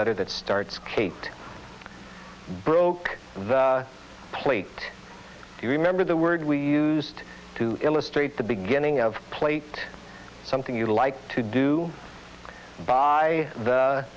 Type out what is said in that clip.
letter that starts kate broke the plate you remember the word we used to illustrate the beginning of plate something you like to do by the